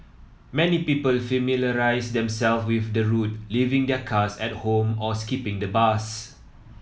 many people familiarised themselves with the route leaving their cars at home or skipping the bus